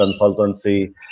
Consultancy